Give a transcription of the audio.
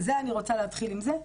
אני רוצה להתחיל עם זה,